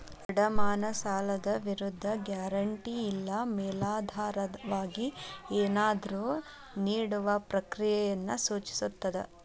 ಅಡಮಾನ ಸಾಲದ ವಿರುದ್ಧ ಗ್ಯಾರಂಟಿ ಇಲ್ಲಾ ಮೇಲಾಧಾರವಾಗಿ ಏನನ್ನಾದ್ರು ನೇಡುವ ಪ್ರಕ್ರಿಯೆಯನ್ನ ಸೂಚಿಸ್ತದ